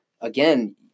again